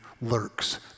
lurks